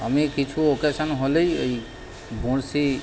আমি কিছু ওকেশান হলেই এই বঁড়শি